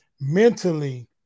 mentally